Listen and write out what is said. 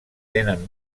tenen